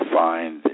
find